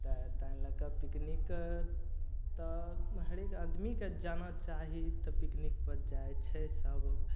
तऽ तै लए कऽ पिकनिक तऽ हरेक आदमीके जाना चाही तऽ पिकनिकपर जाइ छै सब